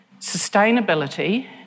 Sustainability